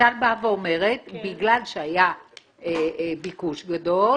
רויטל באה ואומרת בגלל שהיה ביקוש גדול,